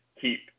keep